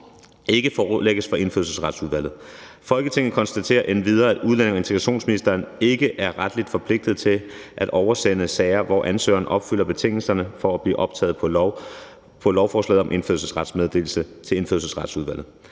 ikke forelægges for Indfødsretsudvalget. Folketinget konstaterer endvidere, at udlændinge- og integrationsministeren ikke er retligt forpligtet til at oversende sager, hvor ansøgerne opfylder betingelserne for at blive optaget på lovforslag om indfødsrets meddelelse, til Indfødsretsudvalget.